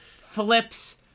flips